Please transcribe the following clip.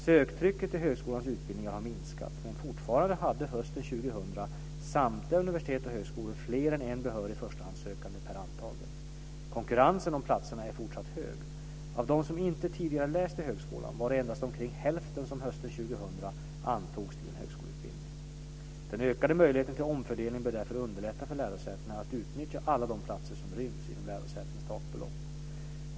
Söktrycket till högskolans utbildningar har minskat, men fortfarande hade hösten 2000 samtliga universitet och högskolor fler än en behörig förstahandssökande per antagen. Konkurrensen om platserna är fortsatt hög. Av dem som inte tidigare läst vid högskolan var det endast omkring hälften som hösten 2000 antogs till en högskoleutbildning. Den ökade möjligheten till omfördelning bör därför underlätta för lärosätena att utnyttja alla de platser som ryms inom lärosätets takbelopp.